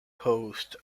hosts